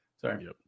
Sorry